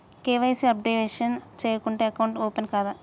KYC updation చేయకుంటే account open కాదా?